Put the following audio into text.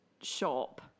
shop